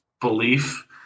belief